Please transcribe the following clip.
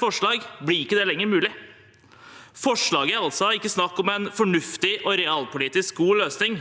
forslag blir ikke det lenger mulig. Forslaget er altså ikke snakk om en fornuftig og realpolitisk god løsning,